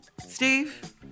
Steve